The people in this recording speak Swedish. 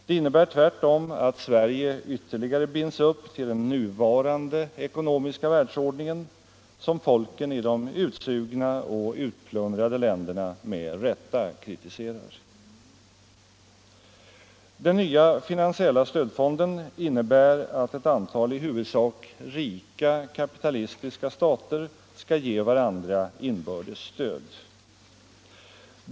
Det innebär tvärtom att Sverige ytterligare binds upp till den nuvarande ekonomiska världsordningen, som folken i de utsugna och utplundrade länderna med rätta kritiserar. Den nya finansiella stödfonden innebär att ett antal i huvudsak rika kapitalistiska stater skall ge varandra inbördes stöd.